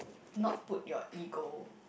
not put your ego